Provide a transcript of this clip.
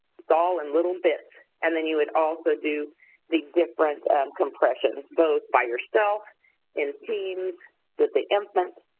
it's all in little bits. and then you would also do the different compressions, both by yourself in teams that they implement.